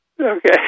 Okay